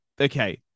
okay